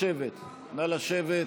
לשבת,